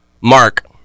Mark